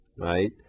right